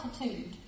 altitude